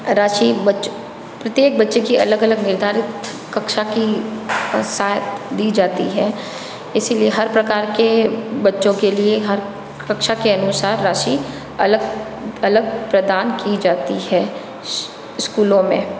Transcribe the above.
राशि बच्चों प्रत्येक बच्चे की अलग अलग निर्धारित कक्षा की सहायता दी जाती हैं इसीलिए हर प्रकार के बच्चों के लिए हर कक्षा के अनुसार राशि अलग अलग प्रदान की जाती है स्कूलों में